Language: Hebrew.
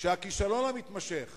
שהכישלון המתמשך